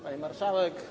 Pani Marszałek!